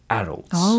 adults